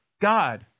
God